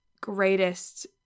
greatest